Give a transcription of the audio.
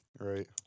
Right